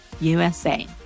usa